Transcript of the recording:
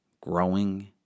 growing